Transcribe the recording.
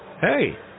Hey